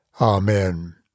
Amen